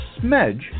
smedge